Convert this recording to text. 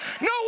No